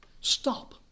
Stop